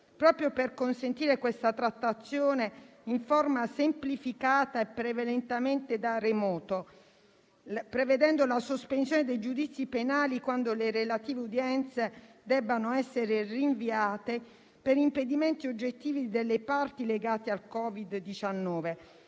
proprio per consentire questa trattazione in forma semplificata e prevalentemente da remoto, prevedendo la sospensione dei giudizi penali quando le relative udienze debbano essere rinviate per impedimenti oggettivi delle parti legate al Covid-19.